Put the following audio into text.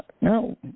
No